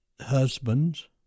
husbands